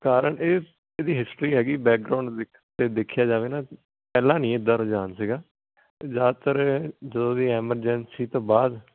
ਕਾਰਨ ਇਹ ਇਹਦੀ ਹਿਸਟਰੀ ਹੈਗੀ ਬੈਕਗਰਾਉਂਡ ਦੀ ਤੇ ਦੇਖਿਆ ਜਾਵੇ ਨਾ ਪਹਿਲਾਂ ਨੀ ਐਦਾਂ ਰੁਝਾਨ ਸੀਗਾ ਜਿਆਦਾਤਰ ਜਦੋਂ ਦੀ ਐਮਰਜੈਂਸੀ ਤੋਂ ਬਾਅਦ